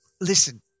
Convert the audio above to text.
listen